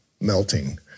melting